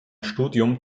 studium